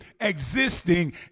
existing